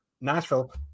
Nashville